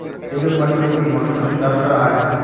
এটেল মাটিতে কী মটরশুটি চাষ করা য়ায়?